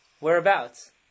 Whereabouts